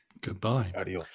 Goodbye